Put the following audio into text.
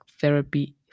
therapy